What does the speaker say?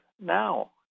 now